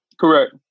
Correct